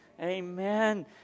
Amen